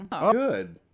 Good